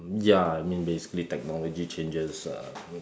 ya I mean basically technology changes um